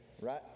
right